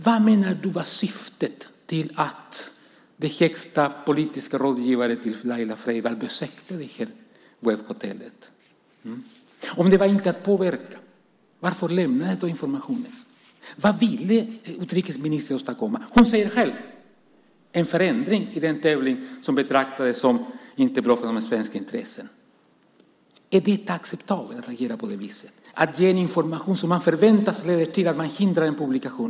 Vad menar du var syftet med att den högsta politiska rådgivaren till Laila Freivalds besökte webbhotellet? Om det inte var att påverka, varför lämnades då informationen? Vad ville utrikesministern åstadkomma? Hon säger själv att det var en förändring i en tävling som inte betraktades som bra för svenska intressen. Det är inte acceptabelt att agera på det viset, att ge en information som förväntas leda till att man förhindrar en publikation.